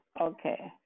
Okay